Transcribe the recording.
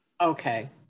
Okay